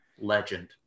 Legend